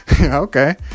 okay